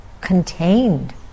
contained